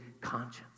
conscience